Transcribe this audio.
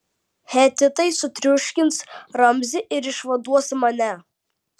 hetitai sutriuškins ramzį ir išvaduos mane